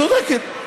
צודקת.